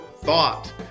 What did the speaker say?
Thought